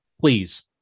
please